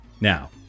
Now